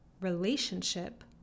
relationship